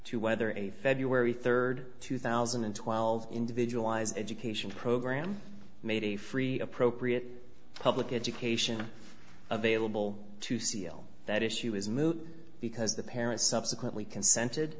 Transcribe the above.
to whether a february third two thousand and twelve individualized education program made a free appropriate public education available to seal that issue is moot because the parents subsequently consented